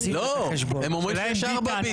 הם אומרים שיש ארבעה.